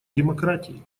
демократии